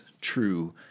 true